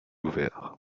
ouvert